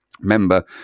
member